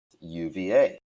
uva